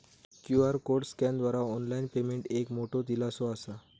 QR code स्कॅनरद्वारा online payment एक मोठो दिलासो असा